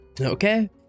Okay